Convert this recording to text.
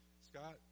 scott